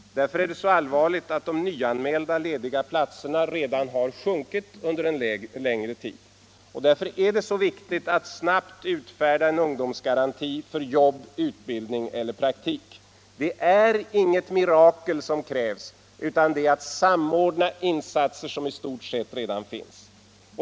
Därför är det så allvarligt att antalet nyanmälda lediga platser redan har sjunkit under en längre tid. Därför är det så viktigt att snabbt utfärda en ungdomsgaranti för jobb, utbildning eller praktik. Det är inget mirakel som krävs utan en samordning av insatser som i stort sett redan finns.